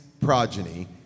progeny